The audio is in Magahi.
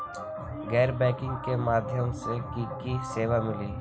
गैर बैंकिंग के माध्यम से की की सेवा मिली?